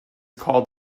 called